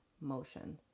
motion